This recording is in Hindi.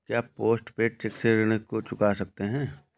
क्या पोस्ट पेड चेक से ऋण को चुका सकते हैं?